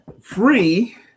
Free